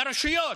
לרשויות,